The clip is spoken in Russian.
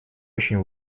очень